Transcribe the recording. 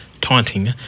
taunting